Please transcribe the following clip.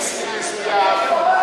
"ביסלי" מזויף?